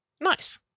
Nice